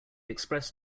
express